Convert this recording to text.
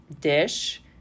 dish